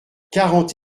quarante